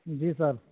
جی سر